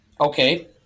Okay